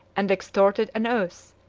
and extorted an oath,